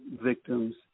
victims